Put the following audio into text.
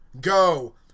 Go